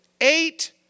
eight